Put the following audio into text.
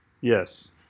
Yes